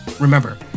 Remember